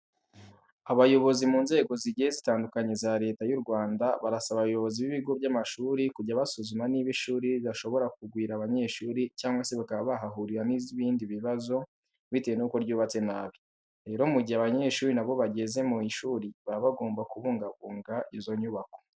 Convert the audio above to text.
Abayobozi mu nzego zigiye zitandukanye za Leta y'u Rwanda barasaba abayobozi b'ibigo by'amashuri kujya basuzuma niba ishuri ridashobora kugwira abanyeshuri cyangwa se bakaba bahahurira n'ibindi bibazo bitewe nuko ryubatse nabi. Rero mu gihe abanyeshuri na bo bageze mu ishuri baba bagomba kubungabunga izi nyubako.